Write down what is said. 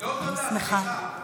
לא תודה, סליחה.